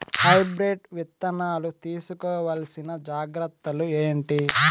Hybrid విత్తనాలు తీసుకోవాల్సిన జాగ్రత్తలు ఏంటి?